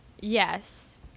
Yes